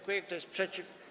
Kto jest przeciw?